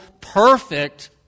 perfect